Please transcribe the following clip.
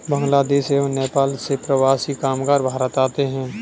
बांग्लादेश एवं नेपाल से प्रवासी कामगार भारत आते हैं